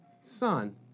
son